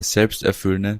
selbsterfüllende